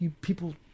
People